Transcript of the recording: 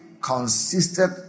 consisted